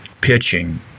pitching